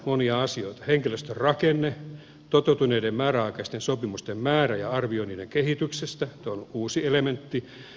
henkilöstön rakenne toteutuneiden määräaikaisten sopimusten määrä ja arvio niiden kehityksestä tuo on uusi elementti